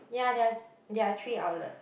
ya there are there are three outlet